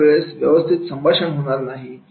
अशावेळेस व्यवस्थित संभाषण होणार नाही